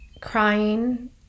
crying